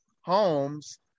homes